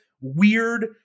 weird